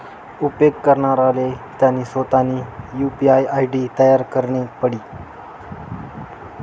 उपेग करणाराले त्यानी सोतानी यु.पी.आय आय.डी तयार करणी पडी